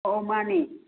ꯑꯣ ꯃꯥꯅꯦ